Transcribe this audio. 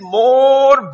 more